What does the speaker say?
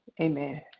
Amen